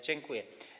Dziękuję.